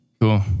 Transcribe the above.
Cool